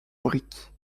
briques